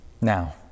Now